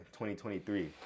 2023